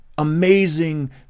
amazing